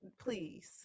please